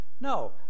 No